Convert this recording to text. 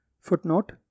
Footnote